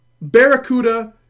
Barracuda